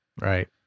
right